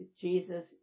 Jesus